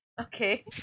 Okay